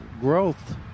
growth